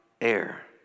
air